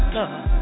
love